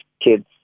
kids